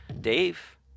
Dave